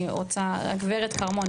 אני רוצה הגברת כרמון,